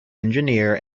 engineer